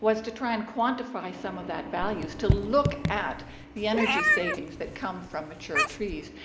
was to try and quantify some of that value to look at the energy savings that come from mature trees,